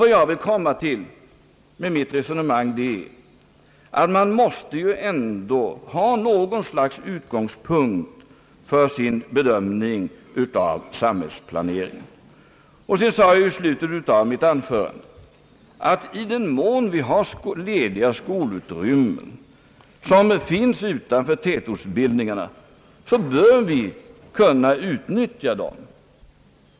Vad jag vill komma till med mitt resonemang är att man ändå måste ha något slags utgångspunkt för sin bedömning av samhällsplaneringen. Vidare sade jag i slutet av mitt anförande att i den mån vi har lediga skolutrymmen utanför tätortsbildningarna bör vi utnyttja dem.